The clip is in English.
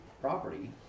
property